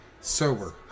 Sober